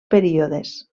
períodes